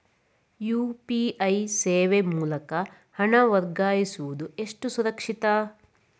UPI ಸೇವೆ ಮೂಲಕ ಹಣ ವರ್ಗಾಯಿಸುವುದು ಎಷ್ಟು ಸುರಕ್ಷಿತ?